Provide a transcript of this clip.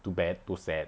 to bad too sad